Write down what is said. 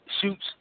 shoots